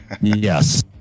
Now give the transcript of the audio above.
Yes